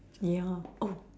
ya oh